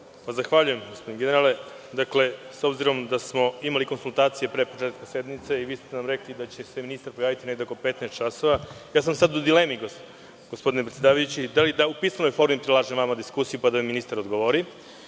Zahvaljujem gospodine generale. Dakle, s obzirom da smo imali konsultacije pre početka sednice i vi ste nam rekli da će se ministar pojaviti negde oko 15 časova, ja sam sada u dilemi, gospodine predsedavajući, da li u pismenoj formi vama prilažem diskusiju, pa da mi ministar odgovori?